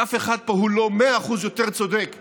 אף אחד פה הוא לא 100% יותר צודק מהשני,